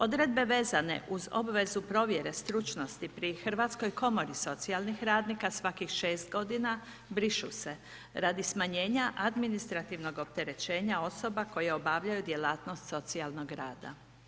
Odredbe vezane uz obvezu provjere stručnosti pri Hrvatskoj komori socijalnih radnika svakih 6 godina brišu se radi smanjenja administrativnog opterećenja osoba koje obavljaju djelatnost socijalnog rada.